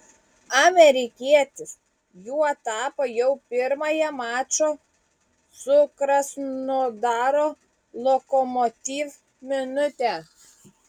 amerikietis juo tapo jau pirmąją mačo su krasnodaro lokomotiv minutę